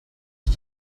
ich